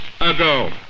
ago